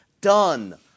done